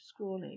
scrolling